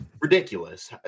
Ridiculous